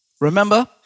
remember